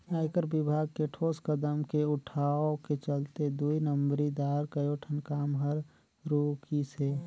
आयकर विभाग के ठोस कदम के उठाव के चलते दुई नंबरी दार कयोठन काम हर रूकिसे